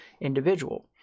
individual